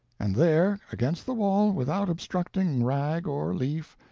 and there, against the wall, without obstructing rag or leaf,